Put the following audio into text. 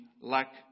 lack